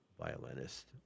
violinist